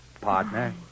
Partner